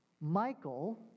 Michael